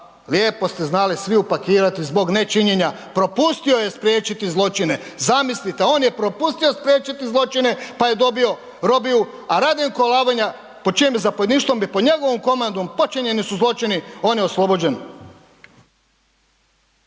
lijepo ste znali svi upakirati zbog nečinjenja, propustio je spriječiti zločine, zamislite on je propustio spriječiti zločine pa je dobio robiju, a Radenko Alavanja pod čijem je zapovjedništvom i pod njegovom komandom počinjeni su zločini, on je oslobođen.